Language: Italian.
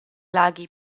laghi